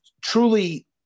truly